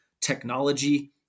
technology